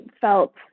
felt